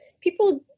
people